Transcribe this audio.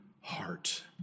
heart